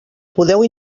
podeu